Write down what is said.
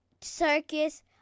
circus